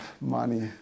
Money